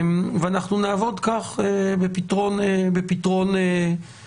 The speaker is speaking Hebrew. אנחנו נעבוד כך בפתרון בעיות.